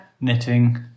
knitting